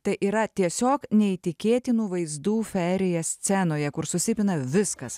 tai yra tiesiog neįtikėtinų vaizdų fejerija scenoje kur susipina viskas